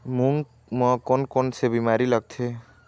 मूंग म कोन कोन से बीमारी लगथे?